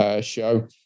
Show